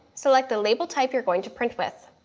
select the label type you're going to print with.